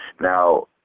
Now